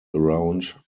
around